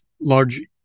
large